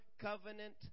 covenant